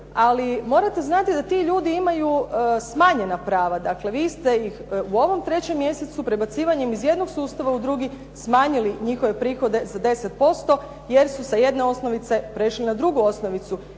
ali morate znati da ti ljudi imaju smanjenja prava, dakle, vi ste ih u ovom trećem mjesecu prebacivanjem iz jednog sustava u drugi smanjili njihove prihode za 10% jer su sa jedne osnovice prešli na drugu osnovicu.